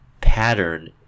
pattern